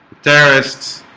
terrorists